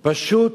פשוט,